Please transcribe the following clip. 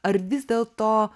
ar vis dėlto